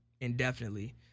indefinitely